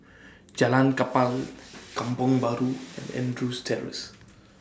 Jalan Kapal Kampong Bahru and Andrews Terrace